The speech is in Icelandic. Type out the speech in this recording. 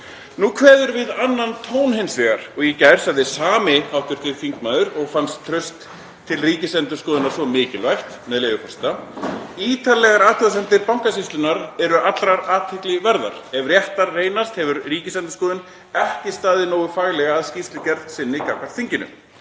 Nú kveður við annan tón hins vegar og í fyrradag sagði sami hv. þingmaður og fannst traust til Ríkisendurskoðunar svo mikilvægt, með leyfi forseta: „Ítarlegar athugasemdir Bankasýslunnar eru allrar athygli verðar. Ef réttar reynast hefur Ríkisendurskoðun ekki staðið nógu faglega að skýrslugerð sinni gagnvart þinginu.“